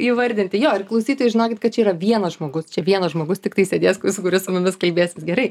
įvardinti jo ir klausytojai žinokit kad čia yra vienas žmogus čia vienas žmogus tiktai sėdės kuris mumis kalbėsis gerai